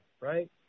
right